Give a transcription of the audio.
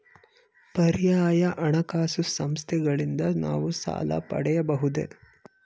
ಪರ್ಯಾಯ ಹಣಕಾಸು ಸಂಸ್ಥೆಗಳಿಂದ ನಾವು ಸಾಲ ಪಡೆಯಬಹುದೇ?